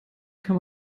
kann